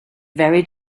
very